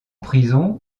prison